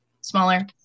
smaller